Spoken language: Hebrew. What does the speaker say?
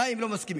גם אם לא מסכימים,